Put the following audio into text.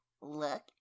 look